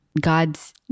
God's